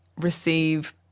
receive